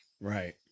Right